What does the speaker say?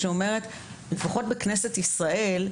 אומרת שלפחות בכנסת ישראל,